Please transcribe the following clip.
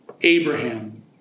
Abraham